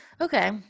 Okay